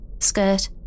skirt